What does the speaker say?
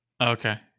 Okay